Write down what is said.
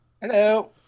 Hello